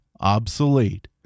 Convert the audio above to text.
obsolete